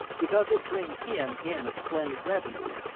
because it brings him in a splendid revenue,